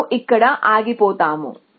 మేము ఇక్కడ ఆగిపోతాము